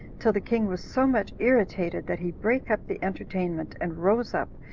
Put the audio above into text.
till the king was so much irritated, that he brake up the entertainment, and rose up,